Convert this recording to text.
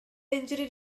injury